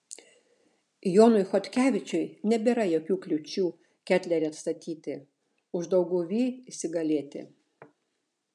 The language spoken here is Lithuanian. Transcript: jonui chodkevičiui nebėra jokių kliūčių ketlerį atstatyti uždauguvy įsigalėti